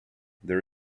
there